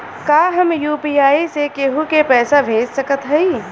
का हम यू.पी.आई से केहू के पैसा भेज सकत हई?